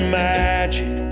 magic